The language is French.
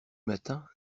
matin